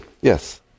Yes